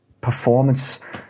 performance